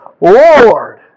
Lord